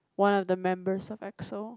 one of the members of Exo